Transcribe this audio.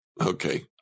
Okay